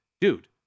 dude